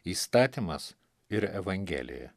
įstatymas ir evangelija